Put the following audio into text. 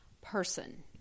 person